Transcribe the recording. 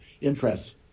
interests